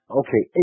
okay